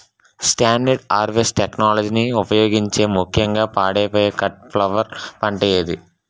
Standard harvest టెక్నాలజీని ఉపయోగించే ముక్యంగా పాడైపోయే కట్ ఫ్లవర్ పంట ఏది?